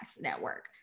network